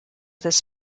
this